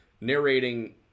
narrating